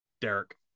Derek